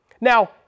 Now